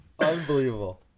unbelievable